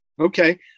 Okay